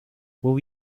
will